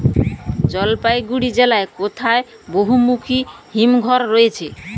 জলপাইগুড়ি জেলায় কোথায় বহুমুখী হিমঘর রয়েছে?